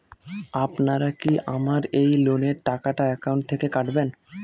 আপনারা কি আমার এই লোনের টাকাটা একাউন্ট থেকে কাটবেন?